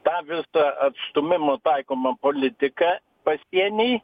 tą visą atstūmimo taikomą politiką pasieny